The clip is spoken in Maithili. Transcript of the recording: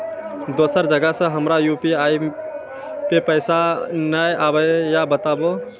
दोसर जगह से हमर यु.पी.आई पे पैसा नैय आबे या बताबू?